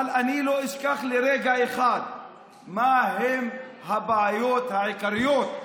אבל אני לא אשכח לרגע אחד מהן הבעיות העיקריות,